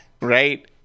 Right